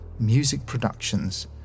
musicproductions